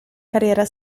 carriera